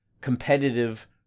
competitive